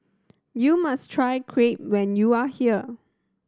you must try Crepe when you are here